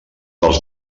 dels